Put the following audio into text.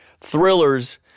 Thrillers